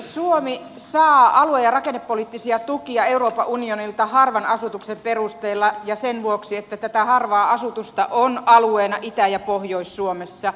suomi saa alue ja rakennepoliittisia tukia euroopan unionilta harvan asutuksen perusteella ja sen vuoksi että tätä harvaa asutusta on alueena itä ja pohjois suomessa